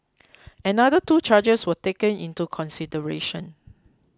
another two charges were taken into consideration